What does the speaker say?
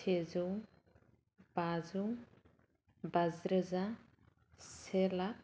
सेजौ बाजौ बाजि रोजा से लाख